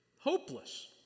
hopeless